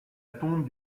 tombe